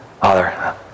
Father